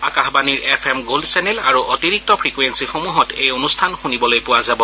আকাশবাণীৰ F M gold channel আৰু অতিৰিক্ত ফ্ৰিকুৱেপিসমূহত এই অনুষ্ঠান শুনিবলৈ পোৱা যাব